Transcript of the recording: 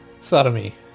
Sodomy